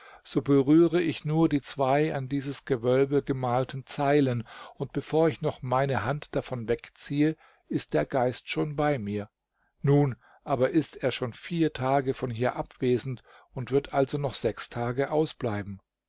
so berühre ich nur die zwei an dieses gewölbe gemalten zeilen und bevor ich noch meine hand davon wegziehe ist der geist schon bei mir nun aber ist er schon vier tage von hier abwesend und wird also noch sechs tage ausbleiben